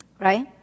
Right